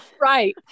right